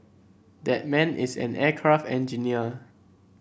that man is an aircraft engineer